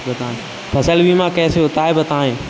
फसल बीमा कैसे होता है बताएँ?